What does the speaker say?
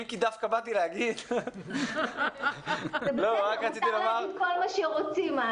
אם כי באתי דווקא להגיד --- מותר להגיד כל מה שרוצים.